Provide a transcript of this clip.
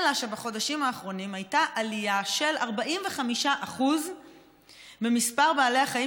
אלא שבחודשים האחרונים הייתה עלייה של 45% במספר בעלי החיים